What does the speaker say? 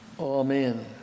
Amen